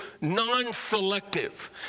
non-selective